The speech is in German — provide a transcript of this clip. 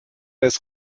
des